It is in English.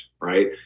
right